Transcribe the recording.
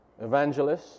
evangelists